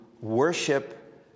worship